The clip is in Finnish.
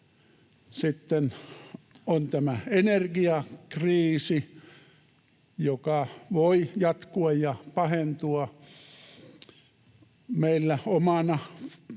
Sitten on tämä energiakriisi, joka voi jatkua ja pahentua, meillä omana